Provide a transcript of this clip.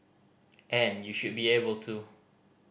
and you should be able to